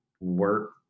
work